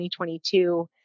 2022